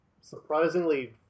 surprisingly